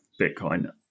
Bitcoin